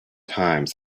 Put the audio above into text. time